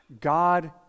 God